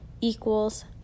equals